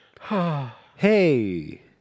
Hey